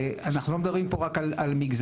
אנחנו לא מדברים פה רק על מגזרים,